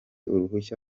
uruhushya